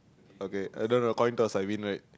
okay I don't know coil girls I win right